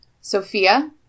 Sophia